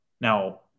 Now